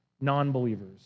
non-believers